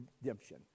redemption